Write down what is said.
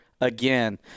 again